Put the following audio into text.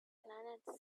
planet